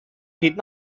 did